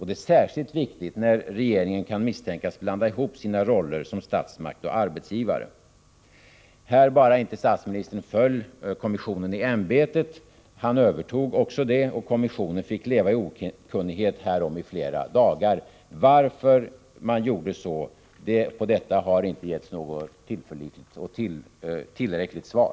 Det är särskilt viktigt när regeringen kan misstänkas blanda ihop sina roller som statsmakt och arbetsgivare. I detta fall inte bara föll statsministern kommissionen i ämbetet — han övertog det också. Kommissionen fick leva i okunnighet härom i flera dagar. På frågan om varför statsministern gjorde detta har det inte getts något tillförlitligt och tillräckligt svar.